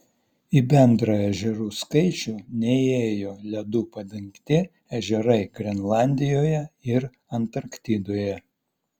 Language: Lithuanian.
į bendrą ežerų skaičių neįėjo ledu padengti ežerai grenlandijoje ir antarktidoje